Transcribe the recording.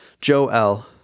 joel